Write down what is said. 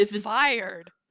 fired